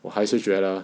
我还是觉得